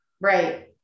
Right